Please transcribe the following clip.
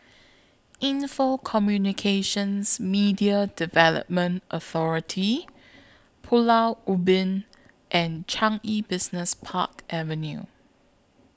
Info Communications Media Development Authority Pulau Ubin and Changi Business Park Avenue